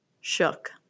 Shook